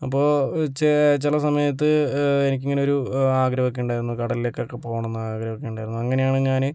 അപ്പോൾ ചേ ചില സമയത്ത് എനിക്കിങ്ങനെ ഒരു ആഗ്രഹം ഒക്കെ ഉണ്ടായിരുന്നു കടലിലേക്കൊക്കെ പോകണമെന്ന് ആഗ്രഹം ഒക്കെ ഉണ്ടായിരുന്നു അങ്ങനെയാണ് ഞാന്